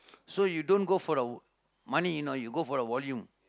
so you don't go for the money you know you go for the volume